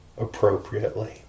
appropriately